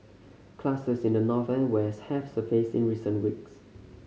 clusters in the north and west have surfaced in recent weeks